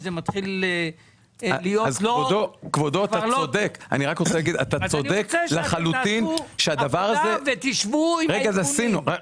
אז אני רוצה שתעשו עבודה ותשבו עם הארגונים.